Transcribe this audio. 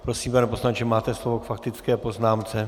Prosím, pane poslanče, máte slovo k faktické poznámce.